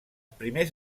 primers